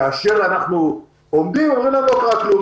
וכאשר אנחנו שואלים אומרים לנו: לא קרה כלום.